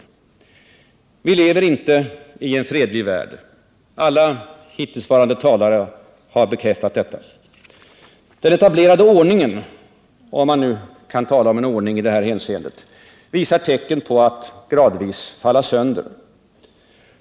Vi lever inte i en fredlig värld — alla hittillsvarande talare har bekräftat det. Den etablerade ordningen —- om man nu kan tala om ordning i detta hänseende — visar tecken på att gradvis falla sönder.